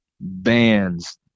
bands